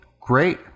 great